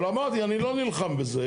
אבל אמרתי, אני לא נלחם בזה.